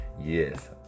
Yes